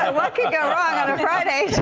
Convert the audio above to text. ah what could go wrong on a friday?